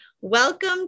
welcome